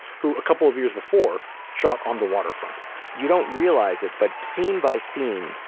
who a couple of years before shot on the waterfront you don't realize it, but scene by scene,